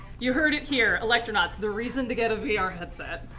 you heard it here. electronauts, the reason to get a vr ah headset.